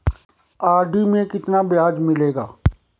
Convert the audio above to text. RD में कितना ब्याज मिलेगा?